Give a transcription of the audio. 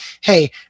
Hey